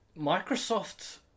Microsoft